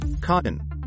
cotton